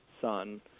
son